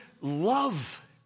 love